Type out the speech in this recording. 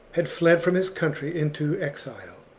had fled from his country into exile.